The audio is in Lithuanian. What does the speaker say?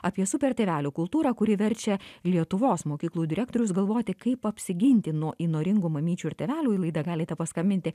apie super tėvelių kultūrą kuri verčia lietuvos mokyklų direktorius galvoti kaip apsiginti nuo įnoringų mamyčių ir tėvelių į laidą galite paskambinti